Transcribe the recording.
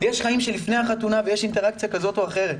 יש חיים שלפני החתונה ויש אינטראקציה כזאת או אחרת,